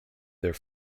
their